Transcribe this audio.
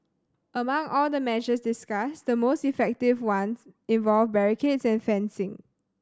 among all the measures discussed the most effective ones involved barricades and fencing